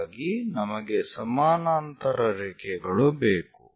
ಹಾಗಾಗಿ ನಮಗೆ ಸಮಾನಾಂತರ ರೇಖೆಗಳು ಬೇಕು